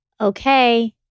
Okay